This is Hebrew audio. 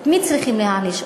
את מי צריכים להעניש,